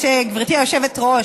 גברתי היושבת-ראש,